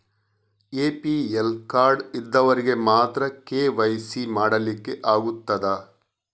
APL card ಇದ್ದವರಿಗೆ ಮಾತ್ರ KYC ಮಾಡಲಿಕ್ಕೆ ಆಗುತ್ತದಾ?